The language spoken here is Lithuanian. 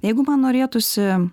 jeigu man norėtųsi